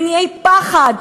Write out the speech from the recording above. מניעי פחד.